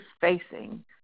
facing